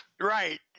Right